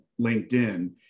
LinkedIn